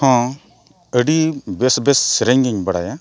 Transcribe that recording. ᱦᱚᱸ ᱟᱹᱰᱤ ᱵᱮᱥ ᱵᱮᱥ ᱥᱮᱨᱮᱧᱤᱧ ᱵᱟᱲᱟᱭᱟ